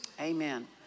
Amen